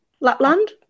Lapland